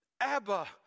Abba